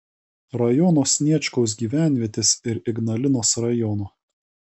rajono sniečkaus gyvenvietės ir ignalinos rajono